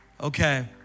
Okay